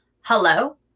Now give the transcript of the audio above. Hello